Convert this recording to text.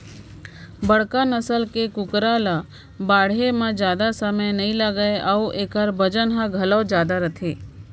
बड़का नसल के कुकरा ल बाढ़े म जादा समे नइ लागय अउ एकर बजन ह घलौ जादा होथे